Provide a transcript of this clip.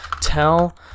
Tell